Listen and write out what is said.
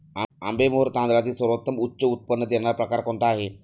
आंबेमोहोर तांदळातील सर्वोत्तम उच्च उत्पन्न देणारा प्रकार कोणता आहे?